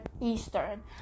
Eastern